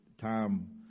time